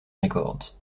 records